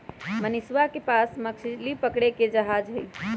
मनीषवा के पास मछली पकड़े के जहाज हई